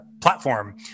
platform